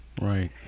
Right